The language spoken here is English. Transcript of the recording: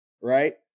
Right